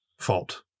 fault